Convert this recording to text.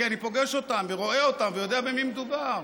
כי אני פוגש אותם ורואה אותם ויודע במי מדובר.